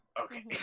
Okay